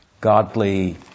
godly